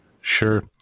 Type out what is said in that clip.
Sure